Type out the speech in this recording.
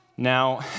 Now